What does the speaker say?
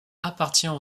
appartient